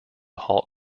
halt